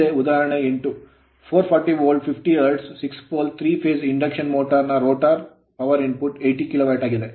ಮುಂದೆ ಉದಾಹರಣೆ 8 440 volt 50 hertz hertz 6 pole pole 3 phase phase induction motor induction motor ನ rotor rotor ಗೆ power input 80KW ಆಗಿದೆ